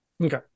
Okay